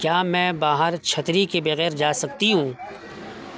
کیا میں باہر چھتری کے بغیر جا سکتی ہوں